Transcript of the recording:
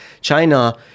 China